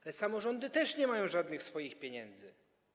Ale samorządy też nie mają żadnych swoich pieniędzy.